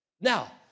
Now